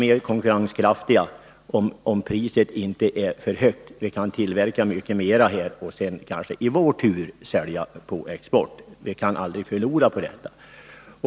Om priset på råvaran inte är så högt kan vi tillverka mycket mer och kanske i vår tur sälja på export. Vi kan aldrig förlora på detta.